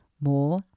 more